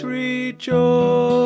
rejoice